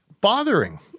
bothering